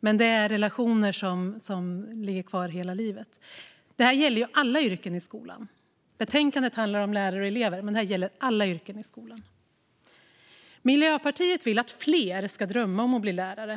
Men det är relationer som vi har hela livet. Och det här gäller ju för alla yrken i skolan. Betänkandet handlar om lärare och elever, men det gäller alla yrken i skolan. Miljöpartiet vill att fler ska drömma om att bli lärare.